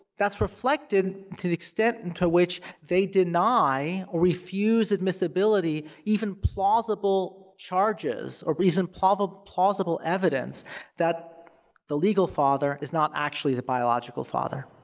that's reflected to the extent and to which they deny or refuse admissibility even plausible charges or even plausible plausible evidence that the legal father is not actually the biological father.